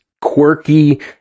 quirky